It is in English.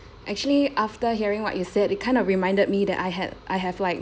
actually after hearing what you said it kind of reminded me that I had I have like